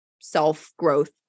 self-growth